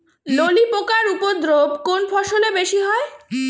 ললি পোকার উপদ্রব কোন ফসলে বেশি হয়?